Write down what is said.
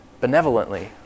benevolently